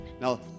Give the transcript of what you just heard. Now